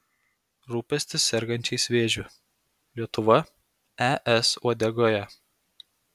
rūpestis sergančiais vėžiu lietuva es uodegoje